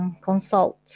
consult